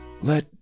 let